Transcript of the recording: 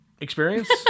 Experience